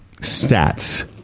stats